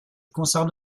concerne